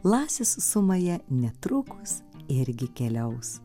lasis su maja netrukus irgi keliaus